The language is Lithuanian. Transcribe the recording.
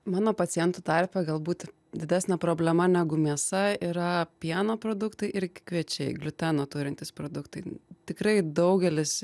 mano pacientų tarpe galbūt didesnė problema negu mėsa yra pieno produktai ir kviečiai gliuteno turintys produktai tikrai daugelis